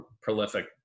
prolific